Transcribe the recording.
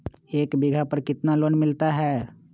एक बीघा पर कितना लोन मिलता है?